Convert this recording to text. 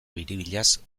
biribilaz